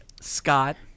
Scott